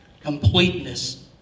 completeness